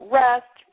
rest